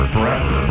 Forever